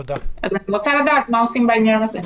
אני רוצה לדעת מה עושים בעניין הזה.